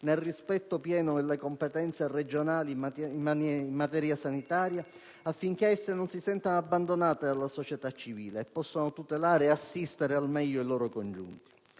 nel rispetto pieno delle competenze regionali in materia sanitaria, affinché esse non si sentano abbandonate dalla società civile e possano tutelare e assistere al meglio i loro congiunti.